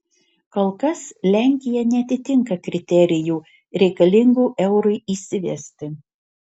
kol kas lenkija neatitinka kriterijų reikalingų eurui įsivesti